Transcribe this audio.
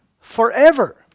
forever